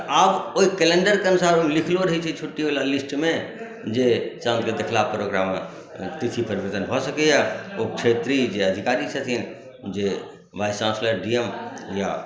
तऽ आब ओहि कैलेंडरके अनुसार ओ लिखलो रहैत छै छुट्टीवला लिस्टमे जे चाँदके देखलापर ओकरामे तिथि परिवर्तन भऽ सकैए ओ क्षेत्रीय जे अधिकारी छथिन जे वाइस चांसलर डी एम या